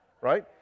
right